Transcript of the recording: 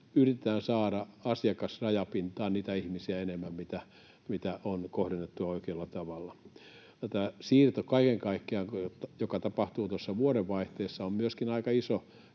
yritetään saada asiakasrajapintaan enemmän niitä ihmisiä, mitä on kohdennettu oikealla tavalla. Kaiken kaikkiaan tämä siirto, joka tapahtuu tuossa vuodenvaihteessa, on myöskin aika iso